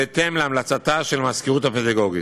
בהתאם להמלצתה של המזכירות הפדגוגית.